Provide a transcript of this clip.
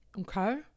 Okay